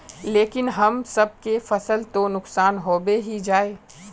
लेकिन हम सब के फ़सल तो नुकसान होबे ही जाय?